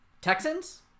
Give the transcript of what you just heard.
Texans